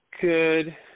Good